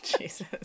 jesus